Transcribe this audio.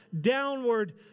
downward